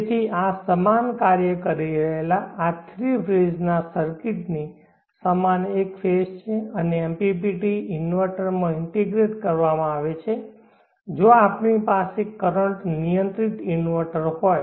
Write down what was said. તેથી આ સમાન કાર્ય કરી રહેલા આ થ્રી ફેજ ના સર્કિટની સમાન એક ફેજ છે અને MPPT ઇન્વર્ટરમાં ઇંટિગ્રેટ કરવામાં આવે છે જો આપણી પાસે કરંટ નિયંત્રિત ઇન્વર્ટર હોય